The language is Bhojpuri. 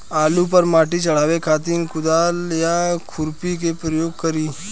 आलू पर माटी चढ़ावे खातिर कुदाल या खुरपी के प्रयोग करी?